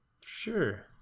Sure